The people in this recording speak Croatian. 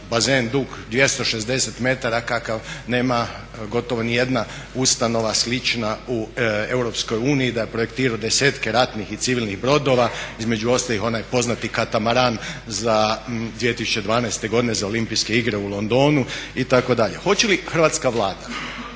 bazen dug 260 metara kakav nema gotovo nijedna ustanova slična u EU, da projektiraju 10-ke ratnih i civilnih brodova, između ostalih onaj poznati katamaran 2012. godine za Olimpijske igre u Londonu itd. Hoće li Hrvatska vlada